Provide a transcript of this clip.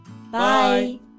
Bye